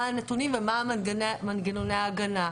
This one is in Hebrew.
מה הנתונים ומה מנגנוני ההגנה.